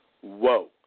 whoa